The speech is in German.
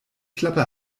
klappe